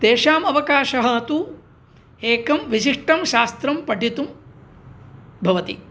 तेषाम् अवकाशः तु एकं विशिष्टं शास्त्रं पठितुं भवति